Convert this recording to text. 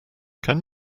can